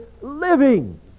living